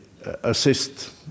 assist